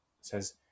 says